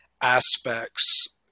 aspects